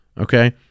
Okay